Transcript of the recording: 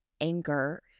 anger